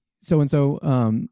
so-and-so